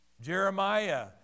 Jeremiah